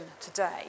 today